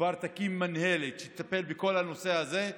כבר תקים מינהלת שתטפל בכל הנושא הזה,